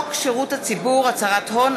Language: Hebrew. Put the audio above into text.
בחוק שירות הציבור (הצהרת הון),